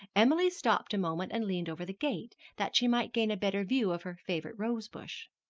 emily stopped a moment and leaned over the gate, that she might gain a better view of her favorite rosebush.